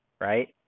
right